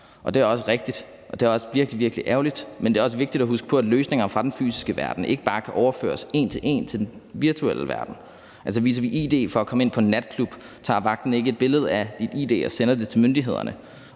Det er også rigtigt, og det er også virkelig, virkelig ærgerligt. Men det er også vigtigt at huske på, at løsninger fra den fysiske verden ikke bare kan overføres en til en til den virtuelle verden. Altså, viser man id for at komme ind på en natklub, tager vagten ikke et billede af ens id og sender det til myndighederne.